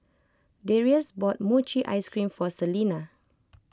Darius bought Mochi Ice Cream for Selina